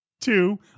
two